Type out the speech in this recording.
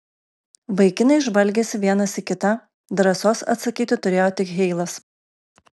vaikinai žvalgėsi vienas į kitą drąsos atsakyti turėjo tik heilas